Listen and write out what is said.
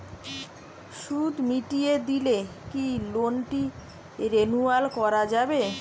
সুদ মিটিয়ে দিলে কি লোনটি রেনুয়াল করাযাবে?